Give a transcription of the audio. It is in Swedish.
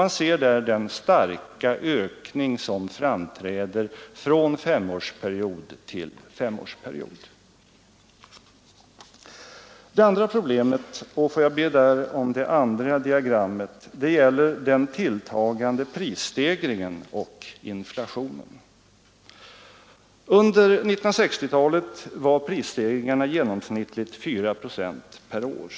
Man ser där den starka ökning som framträder från femårsperiod till femårsperiod. Det andra problemet framgår av det andra diagrammet. Det gäller den tilltagande prisstegringen och inflationen. Under 1960-talet var prisstegringarna genomsnittligt 4 procent per år.